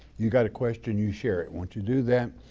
you've got a question you share it. once you do that,